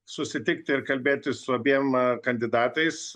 susitikti ir kalbėtis su abiem kandidatais